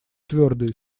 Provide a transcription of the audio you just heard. твердой